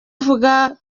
uvuga